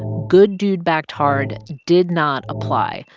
good dude, backed hard did not apply.